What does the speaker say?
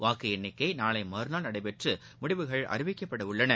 வாக்கு எண்ணிக்கை நாளை மறுநாள் நடைபெற்று முடிவுகள் அறிவிக்கப்பட உள்ளது